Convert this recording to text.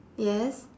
yes